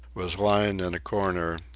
was lying in a corner,